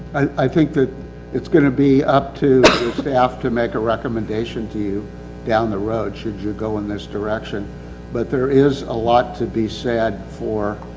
i think that it's gonna be up to the staff to make a recommendation to you down the road, should you go in this direction but there is a lot to be sad for